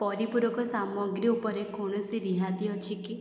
ପରିପୂରକ ସାମଗ୍ରୀ ଉପରେ କୌଣସି ରିହାତି ଅଛି କି